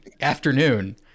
afternoon